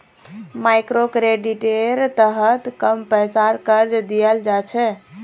मइक्रोक्रेडिटेर तहत कम पैसार कर्ज दियाल जा छे